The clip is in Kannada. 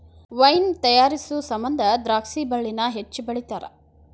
ವೈನ್ ತಯಾರಿಸು ಸಮಂದ ದ್ರಾಕ್ಷಿ ಬಳ್ಳಿನ ಹೆಚ್ಚು ಬೆಳಿತಾರ